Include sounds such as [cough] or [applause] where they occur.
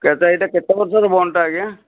[unintelligible] ଏଇଟା କେତେ ବର୍ଷର ବଣ୍ଡ୍ଟା ଆଜ୍ଞା